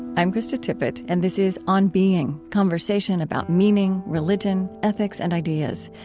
i'm krista tippett, and this is on being conversation about meaning, religion, ethics, and ideas.